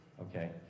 okay